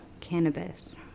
cannabis